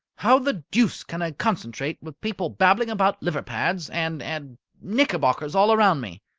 how the deuce can i concentrate, with people babbling about liver-pads, and and knickerbockers all round me?